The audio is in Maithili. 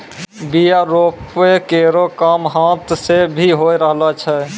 बीया रोपै केरो काम हाथ सें भी होय रहलो छै